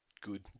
good